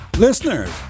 Listeners